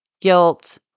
guilt